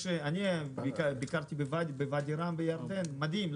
אני ביקרתי בוואדי ראם בירדן מדהים.